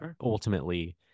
ultimately